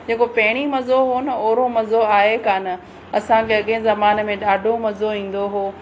जेको पहिरियों मज़ो हुओ न ओहिड़ो मज़ो आहे कोन असांखे अॻिए ज़माने में ॾाढो मज़ो ईंदो हुओ